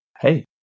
hey